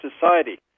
society